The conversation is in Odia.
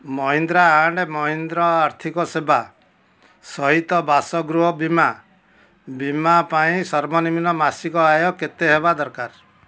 ମହିନ୍ଦ୍ରା ଆଣ୍ଡ୍ ମହିନ୍ଦ୍ରା ଆର୍ଥିକ ସେବା ସହିତ ବାସଗୃହ ବୀମା ବୀମା ପାଇଁ ସର୍ବନିମ୍ନ ମାସିକ ଆୟ କେତେ ହେବା ଦରକାର